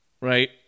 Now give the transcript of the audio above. Right